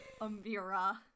Amira